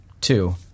Two